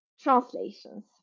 translations